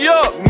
up